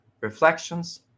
reflections